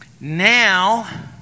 now